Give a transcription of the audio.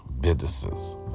businesses